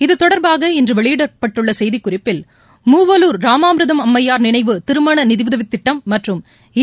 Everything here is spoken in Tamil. இது தொடர்பாக இன்று வெளியிடப்பட்டுள்ள செய்திக்குறிப்பில் மூவலூர் ராமாமிர்தம் அம்மையார் நினைவு திருமண நிதியுதவித் திட்டம் மற்றும் ஈ